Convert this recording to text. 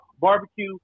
barbecue